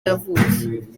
yavutse